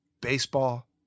Baseball